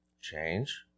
Change